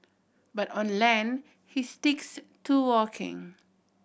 but on land he sticks to walking